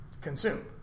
consume